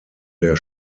der